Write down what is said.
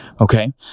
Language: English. okay